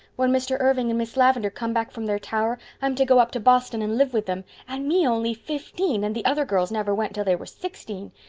when mr. irving and miss lavendar come back from their tower i'm to go up to boston and live with them. and me only fifteen, and the other girls never went till they were sixteen.